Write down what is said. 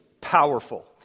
powerful